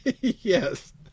yes